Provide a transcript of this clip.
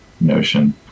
notion